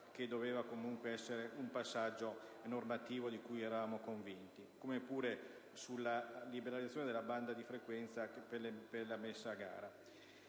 che doveva essere un passaggio normativo di cui eravamo convinti. Lo stesso dicasi per la liberalizzazione della banda di frequenza per la messa a gara.